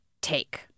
take